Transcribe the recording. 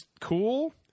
cool